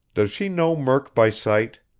does she know murk by sight?